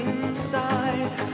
Inside